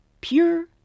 pure